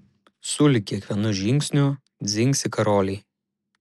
sulig kiekvienu žingsniu dzingsi karoliai